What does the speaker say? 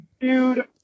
Dude